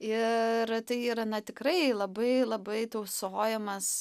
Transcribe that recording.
ir tai yra na tikrai labai labai tausojamas